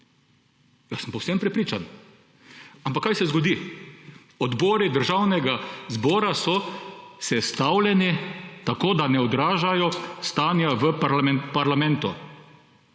jaz sem povsem prepričan. Ampak kaj se zgodi? Odbori Državnega zbora so sestavljeni tako, da ne odražajo stanja v parlamentu.